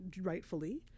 rightfully